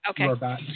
Okay